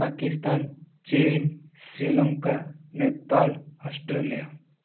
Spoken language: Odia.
ପାକିସ୍ତାନ ଚୀନ୍ ଶ୍ରୀଲଙ୍କା ନେପାଳ ଅଷ୍ଟ୍ରେଲିଆ